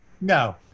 no